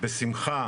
בשמחה